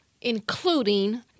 including